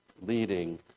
leading